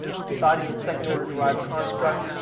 society is a second order derived construct.